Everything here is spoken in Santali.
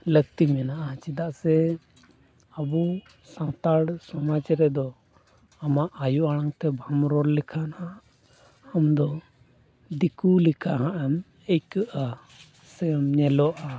ᱞᱟᱹᱠᱛᱤ ᱢᱮᱱᱟᱜᱼᱟ ᱪᱮᱫᱟᱜ ᱥᱮ ᱟᱵᱚ ᱥᱟᱱᱛᱟᱲ ᱥᱚᱢᱟᱡᱽ ᱨᱮᱫᱚ ᱟᱢᱟᱜ ᱟᱳ ᱟᱲᱟᱝ ᱛᱮ ᱵᱟᱢ ᱨᱚᱲ ᱞᱮᱠᱷᱟᱱ ᱦᱟᱸᱜ ᱟᱢ ᱫᱚ ᱫᱤᱠᱩ ᱞᱮᱠᱟ ᱦᱟᱸᱜ ᱮᱢ ᱟᱹᱭᱠᱟᱹᱜᱼᱟ ᱥᱮᱢ ᱧᱮᱞᱚᱜᱼᱟ